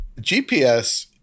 GPS